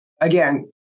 again